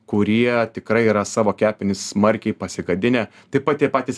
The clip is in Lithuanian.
kurie tikrai yra savo kepenis smarkiai pasigadinę taip pat tie patys